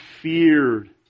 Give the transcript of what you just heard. feared